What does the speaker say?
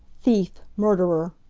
thief! murderer!